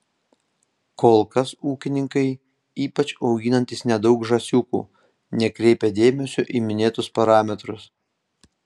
kol kas ūkininkai ypač auginantys nedaug žąsiukų nekreipia dėmesio į minėtus parametrus